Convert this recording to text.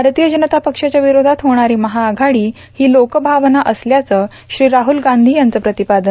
भारतीय जनता पक्षाच्या विरोधात होणारी महाआघाडी ही लोकभावना असल्याचं श्री राहुल गांधी यांचं प्रतिपादन